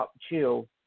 chill